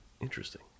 Interesting